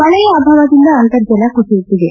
ಮಳೆಯ ಅಭಾವದಿಂದ ಅಂತರ್ಜಲ ಕುಸಿಯುತ್ತಿದೆ